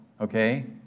okay